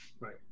Right